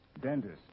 Dentist